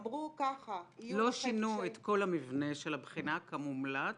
לא שינו את כל המבנה של הבחינה כמומלץ,